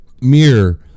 Mirror